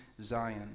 Zion